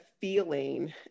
feeling